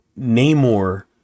Namor